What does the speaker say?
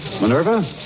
Minerva